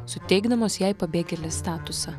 suteikdamos jai pabėgėlės statusą